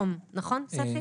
נכון, ספי?